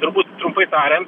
galbūt trumpai tariant